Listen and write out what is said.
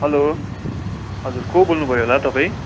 hello हजुर को बोल्नु भयो होला तपाईँ